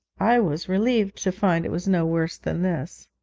i was relieved to find it was no worse than this.